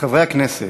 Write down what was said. חברי הכנסת,